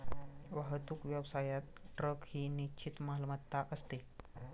वाहतूक व्यवसायात ट्रक ही निश्चित मालमत्ता असते